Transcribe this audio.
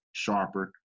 Sharper